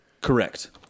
Correct